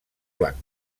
blanc